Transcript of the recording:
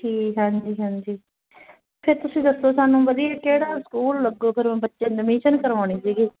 ਠੀਕ ਆ ਹਾਂਜੀ ਹਾਂਜੀ ਫਿਰ ਤੁਸੀਂ ਦੱਸੋ ਸਾਨੂੰ ਵਧੀਆ ਕਿਹੜਾ ਸਕੂਲ ਲੱਗੂ ਫਿਰ ਮੈਂ ਬੱਚਿਆਂ ਦੀ ਅਡਮੀਸ਼ਨ ਕਰਵਾਉਣੀ ਸੀਗੀ